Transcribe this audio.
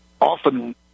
often